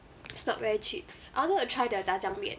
it's not very cheap I wanted to try their 炸酱面